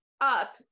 up